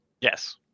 Yes